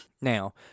Now